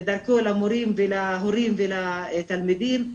דרכו למורים ולהורים ולתלמידים,